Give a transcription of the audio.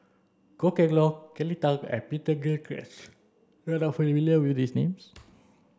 Goh Kheng Long Kelly Tang and Peter Gilchrist you are not familiar with these names